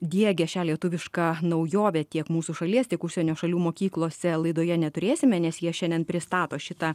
diegia šią lietuvišką naujovę tiek mūsų šalies tiek užsienio šalių mokyklose laidoje neturėsime nes jie šiandien pristato šitą